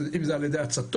אם זה על ידי הצתות,